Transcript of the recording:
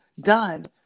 done